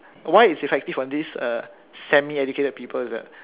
why it's effective on this uh semi educated people is that